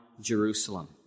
Jerusalem